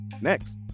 Next